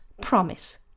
promise